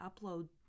upload